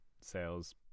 sales